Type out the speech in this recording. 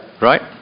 right